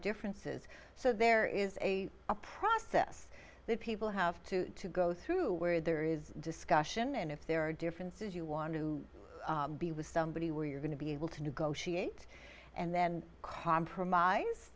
differences so there is a a process that people have to go through where there is discussion and if there are differences you want to be with somebody where you're going to be able to negotiate and then c